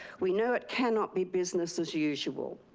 we know it cannot be business as usual.